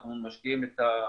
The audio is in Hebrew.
אנחנו משקיעים את המיטב